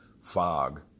fog